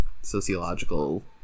sociological